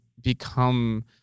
become